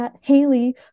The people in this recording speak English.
Haley